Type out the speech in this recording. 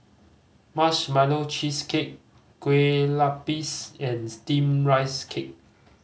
Marshmallow Cheesecake Kueh Lopes and Steamed Rice Cake